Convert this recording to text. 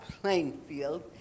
Plainfield